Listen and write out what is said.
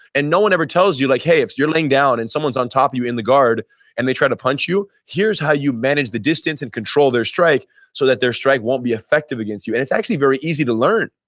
and no one ever tells you like, hey, if you're laying down and someone's on top of you in the guard and they try to punch you, here's how you manage the distance and control their strike so that their strike won't be effective against you. and it's actually very easy to learn.